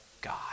God